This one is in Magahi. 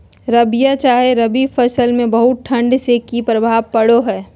रबिया चाहे रवि फसल में बहुत ठंडी से की प्रभाव पड़ो है?